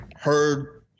heard